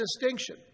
distinction